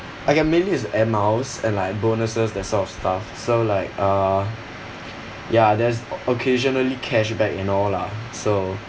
okay mainly is the air miles and like bonuses that sort of stuff so like uh ya there's occasionally cashback and all lah so